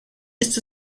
ist